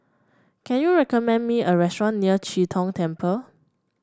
can you recommend me a restaurant near Chee Tong Temple